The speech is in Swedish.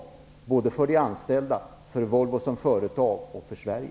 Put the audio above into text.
Det gäller för de anställda, för Volvo som företag och för Sverige.